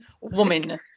Woman